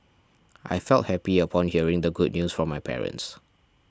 I felt happy upon hearing the good news from my parents